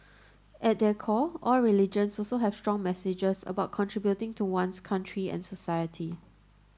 at their core all religions also have strong messages about contributing to one's country and society